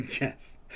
yes